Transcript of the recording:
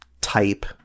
type